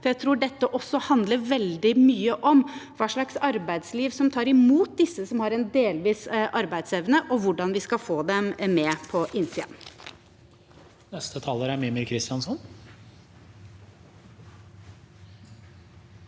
jeg tror dette også handler veldig mye om hva slags arbeidsliv som tar imot disse som har en delvis arbeidsevne, og hvordan vi skal få dem med på innsiden.